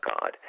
God